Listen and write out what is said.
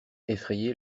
effrayée